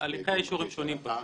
הליכי האישורים שונים פה.